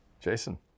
Jason